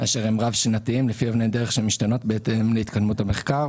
אשר הם רב-שנתיים לפי אבני דרך שמשתנות בהתאם להתקדמות המחקר.